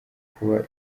kuba